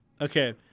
Okay